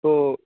تو